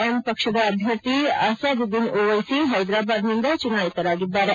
M ಪಕ್ಷದ ಅಭ್ಯರ್ಥಿ ಅಸಾದುದ್ದೀನ್ ಓವೈಸಿ ಹೈದರಾಬಾದ್ನಿಂದ ಚುನಾಯಿತರಾಗಿದ್ದಾರೆ